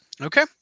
okay